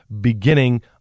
beginning